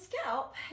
scalp